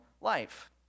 life